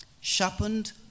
Sharpened